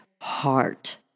heart